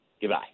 goodbye